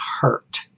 hurt